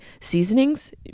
seasonings